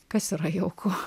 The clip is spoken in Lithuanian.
kas yra jauku